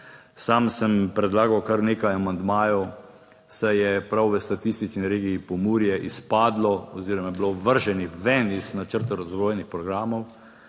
Sam sem predlagal kar nekaj amandmajev, saj je prav v statistični regiji Pomurje izpadlo oziroma je bilo vrženih ven iz načrta razvojnih programov,